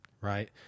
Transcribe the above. right